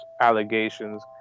allegations